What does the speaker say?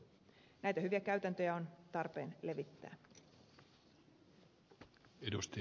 näitä hyviä käytäntöjä on tarpeen levittää